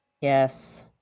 Yes